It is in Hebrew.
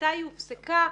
ומתי הופסקה,